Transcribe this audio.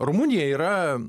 rumunija yra